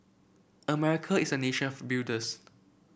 America is a nation of builders